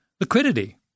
liquidity